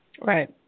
Right